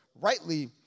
rightly